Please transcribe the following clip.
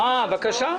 בבקשה.